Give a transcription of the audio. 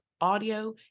audio